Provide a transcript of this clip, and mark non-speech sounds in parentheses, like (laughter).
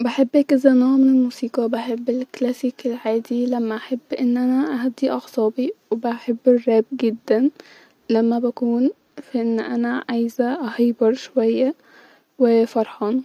حبيت كتاب (hesitation) او روايه اسمها ارض زيكولا روايه خياليه ممتعه جدا جدا - فكرتها مختلفه عن-روايات كتير-وقصص خياليه كتير هي تلات اجزاء وارشحها جدا-ان اي حد تاني يقرا غير لانها حقيق ممتعه مش ممله- فا انت مش هتزهق وانت بتقراها